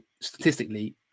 statistically